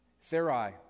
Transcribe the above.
Sarai